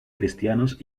cristianos